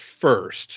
first